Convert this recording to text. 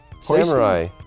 samurai